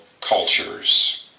cultures